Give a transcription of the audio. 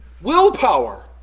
Willpower